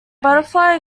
butterfly